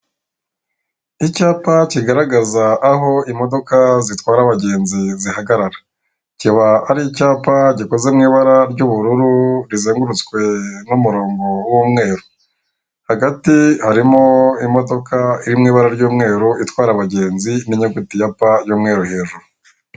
Icyapa kigaragaza aho imodoka zitwara abagenzi zihagarara, kiba ari icyapa gikoze mu ibara ry'ubururu rizengurutswe n'umurongo w'umweru, hagati harimo imodoka iri mu ibara ry'umweru itwara abagenzi n'inyuguti ya pa y'umweru hejuru.